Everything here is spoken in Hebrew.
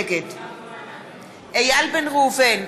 נגד איל בן ראובן,